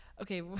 okay